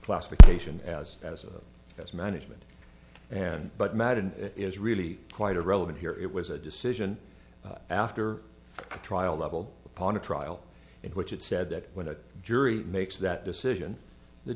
classification as as as management and but madden is really quite irrelevant here it was a decision after the trial level upon a trial in which it said that when a jury makes that decision the